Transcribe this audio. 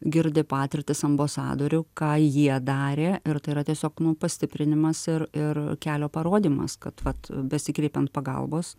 girdi patirtis ambasadorių ką jie darė ir tai yra tiesiog nu pastiprinimas ir ir kelio parodymas kad vat besikreipiant pagalbos